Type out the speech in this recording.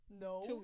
No